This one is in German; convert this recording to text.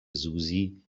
susi